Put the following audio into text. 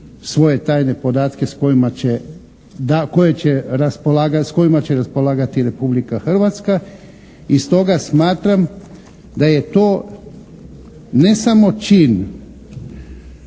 svoje tajne podatke s kojima će raspolagati Republika Hrvatska i stoga smatram da je to ne samo čin